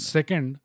Second